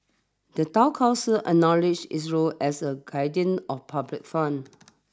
the Town Council acknowledges its role as a guardian of public funds